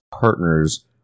partners